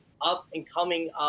up-and-coming